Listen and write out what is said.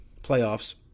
playoffs